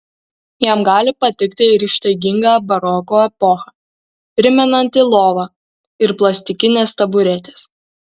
jam gali patikti ir ištaiginga baroko epochą primenanti lova ir plastikinės taburetės